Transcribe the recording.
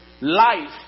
life